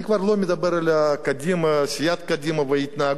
אני כבר לא מדבר על קדימה, סיעת קדימה וההתנהגות.